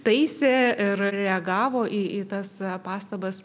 taisė ir reagavo į į tas pastabas